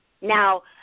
Now